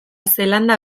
zeelanda